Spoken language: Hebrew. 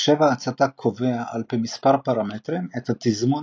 מחשב ההצתה קובע על פי מספר פרמטרים את התזמון